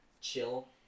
chill